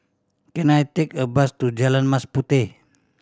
can I take a bus to Jalan Mas Puteh